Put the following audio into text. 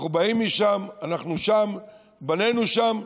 אנחנו באים משם, אנחנו שם, בנינו שם.